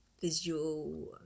visual